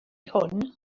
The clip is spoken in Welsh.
hwn